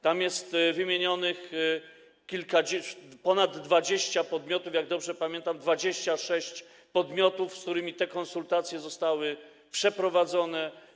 Tam jest wymienionych ponad 20 podmiotów, jak dobrze pamiętam - 26 podmiotów, z którymi te konsultacje zostały przeprowadzone.